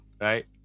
right